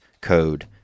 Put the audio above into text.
code